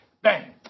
Bang